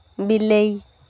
ବିଲେଇ